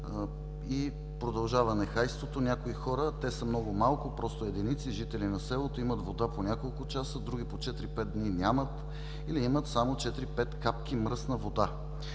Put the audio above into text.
Продължава нехайството. Някои хора, те са много малко, просто единици, жители на селото, имат вода по няколко часа, други по 4-5 дни нямат или имат само 4-5 капки мръсна вода.“